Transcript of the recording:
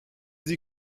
sie